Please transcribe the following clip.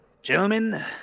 Gentlemen